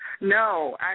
No